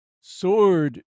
sword